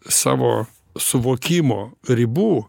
savo suvokimo ribų